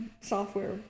software